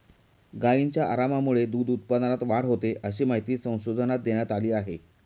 गायींच्या आरामामुळे दूध उत्पादनात वाढ होते, अशी माहिती संशोधनात देण्यात आली आहे